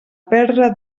perdre